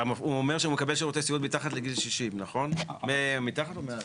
הוא אומר שהוא מקבל שירותי סיעוד מתחת לגיל 60. מתחת או מעל?